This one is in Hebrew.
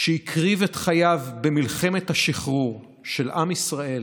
שהקריב את חייו במלחמת השחרור של עם ישראל